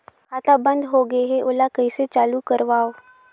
खाता बन्द होगे है ओला कइसे चालू करवाओ?